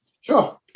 Sure